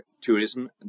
tourism